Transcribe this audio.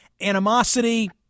animosity